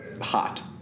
hot